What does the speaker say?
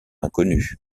inconnue